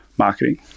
marketing